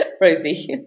Rosie